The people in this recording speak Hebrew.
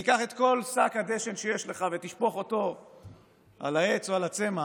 את כל שק הדשן שיש לך ותשפוך אותו על העץ או על הצמח,